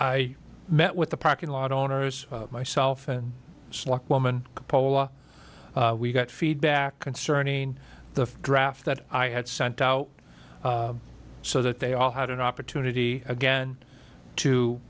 i met with the parking lot owners myself and slick woman pola we got feedback concerning the draft that i had sent out so that they all had an opportunity again to